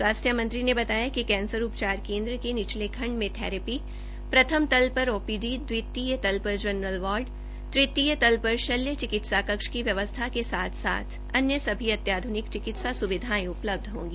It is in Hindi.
स्वास्थ्य मंत्री ने बताया कि कैंसर उपचार केन्द्र के निचले खंड में थैरीपी प्रथम तल पर ओपीडी द्वितीय तल पर जरनल वार्ड तृतीय तल पर शल्य चिकित्सा कक्ष की व्यवस्था के साथ साथ अन्य सभी अत्याध्रनिक चिकित्सा सुविधायें उपलब्ध होगी